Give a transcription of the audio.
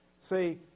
See